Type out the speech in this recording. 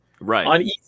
Right